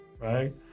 right